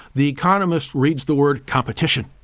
the economist reads the word competition.